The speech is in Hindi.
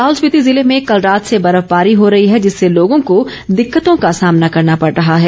लाहौल स्पीति जिले में कल रात से बर्फबारी हो रही है जिससे लोगों को दिक्कतों का सामना करना पड़ रहा है